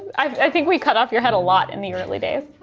i think we cut off your head a lot in the early days.